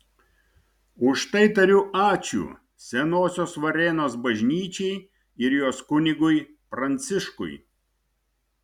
už tai tariu ačiū senosios varėnos bažnyčiai ir jos kunigui pranciškui